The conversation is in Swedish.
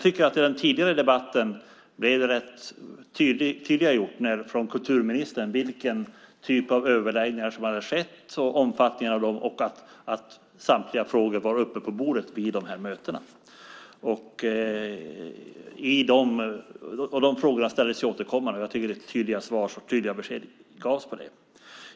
I den tidigare debatten framgick det tydligt från kulturministerns sida omfattningen och typen av överläggningar som har skett och att samtliga frågor var uppe på bordet vid dessa möten. Frågorna ställdes återkommande, och det gavs tydliga besked och svar.